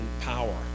power